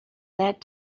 that